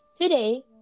Today